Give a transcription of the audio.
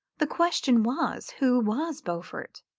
the question was who was beaufort?